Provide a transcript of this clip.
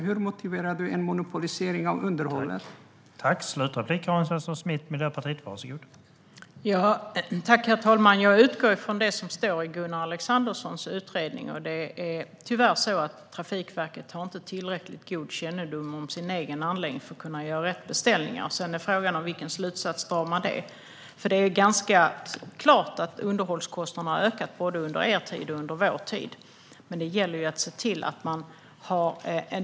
Hur motiverar du en monopolisering av underhållet, Karin Svensson Smith?